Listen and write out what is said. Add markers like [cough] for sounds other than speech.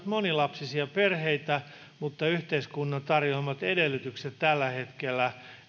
[unintelligible] monilapsisia perheitä mutta yhteiskunnan tarjoamat edellytykset tällä hetkellä